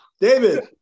David